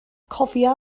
cofia